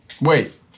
Wait